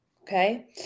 Okay